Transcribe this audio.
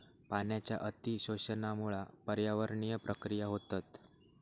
पाण्याच्या अती शोषणामुळा पर्यावरणीय प्रक्रिया होतत